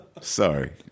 Sorry